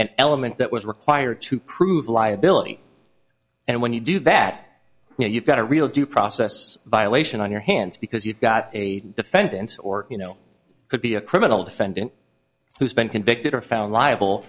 an element that was required to prove liability and when you do that you know you've got a real due process violation on your hands because you've got a defendant or you know could be a criminal defendant who's been convicted or found liable